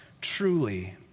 truly